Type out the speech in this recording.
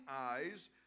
eyes